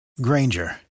Granger